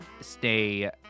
stay